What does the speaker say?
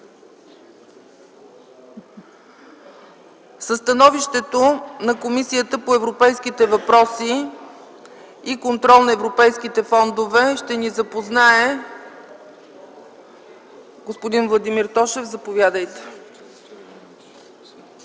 Със становището на Комисията по европейските въпроси и контрол на европейските фондове ще ни запознае господин Владимир Тошев. Заповядайте.